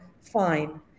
fine